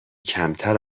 کمتر